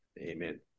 Amen